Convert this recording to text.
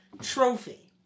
Trophy